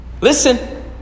Listen